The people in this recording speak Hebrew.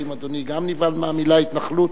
האם אדוני גם נבהל מהמלה התנחלות?